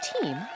team